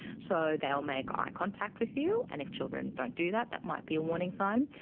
so they will make eye contact with you, and if children don't do that that might be a warning sign.